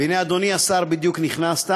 והנה, אדוני השר, בדיוק נכנסת,